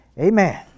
amen